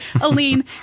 Aline